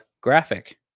graphic